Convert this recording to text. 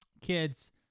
kids